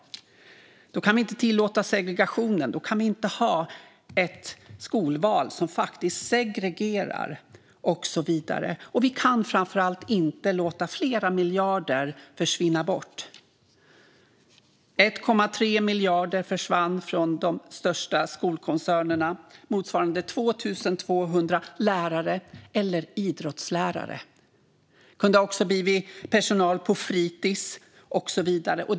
Då kan vi inte tillåta segregationen, och då kan vi inte ha ett skolval som segregerar och så vidare. Framför allt kan vi inte låta flera miljarder försvinna bort. Så mycket som 1,3 miljarder försvann från de största skolkoncernerna, motsvarande 2 200 lärare, till exempel idrottslärare. Det kunde också ha blivit personal på fritis och så vidare.